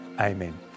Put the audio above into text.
amen